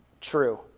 true